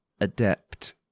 adept